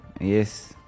Yes